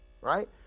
Right